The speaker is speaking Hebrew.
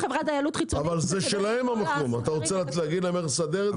אבל זה שלהם, את רוצה להגיד להם איך לסדר את זה?